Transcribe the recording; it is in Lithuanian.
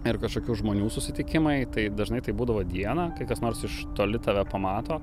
ir kažkokių žmonių susitikimai tai dažnai tai būdavo dieną kai kas nors iš toli tave pamato